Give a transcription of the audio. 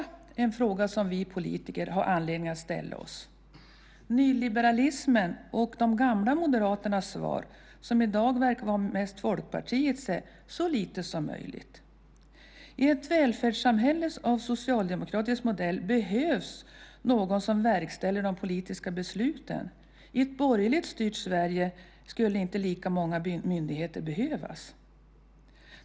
är en fråga som vi politiker har anledning att ställa oss. Nyliberalismen och de gamla Moderaternas svar, som i dag verkar vara mest Folkpartiets är: Så litet som möjligt. I ett välfärdssamhälle av socialdemokratisk modell behövs någon som verkställer de politiska besluten. I ett borgerligt styrt Sverige skulle inte lika många myndigheter behövas.